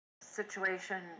situation